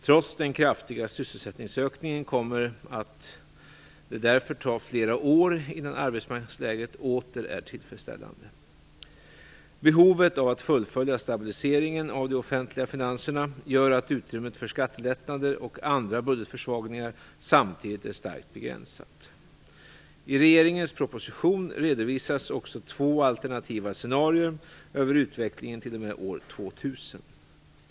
Trots den kraftiga sysselsättningsökningen kommer det därför att ta flera år innan arbetsmarknadsläget åter är tillfredsställande. Behovet av att fullfölja stabiliseringen av de offentliga finanserna gör att utrymmet för skattelättnader och andra budgetförsvagningar samtidigt är starkt begränsat. I regeringens proposition redovisas också två alternativa scenarier över utvecklingen t.o.m. år 2000.